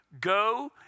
Go